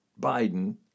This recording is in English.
Biden